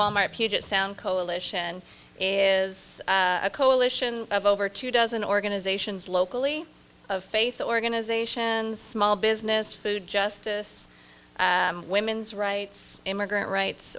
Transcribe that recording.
wal mart puget sound coalition is a coalition of over two dozen organizations locally of faith organizations small business food justice women's rights immigrant rights